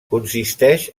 consisteix